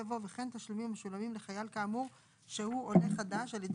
יבוא "וכן תשלומים המשולמים לחייל כאמור שהוא עולה חדש על ידי